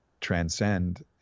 transcend